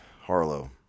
Harlow